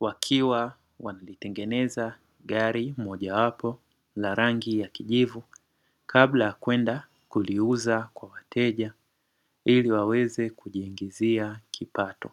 wakiwa wanalitengeneza gari mojawapo la rangi ya kijivu kabla ya kwenda kuliuza kwa wateja ili waweze kujiingizia kipato.